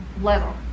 level